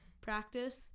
practice